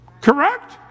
Correct